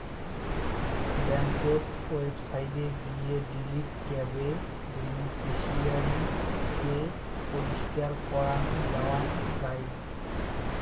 ব্যাংকোত ওয়েবসাইটে গিয়ে ডিলিট ট্যাবে বেনিফিশিয়ারি কে পরিষ্কার করাং দেওয়াং যাই